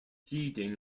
feeding